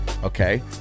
Okay